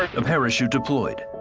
a parachute deployed,